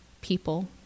people